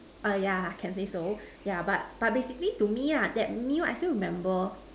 yeah can say so yeah but but basically to me that meal I still remember